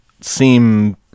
seem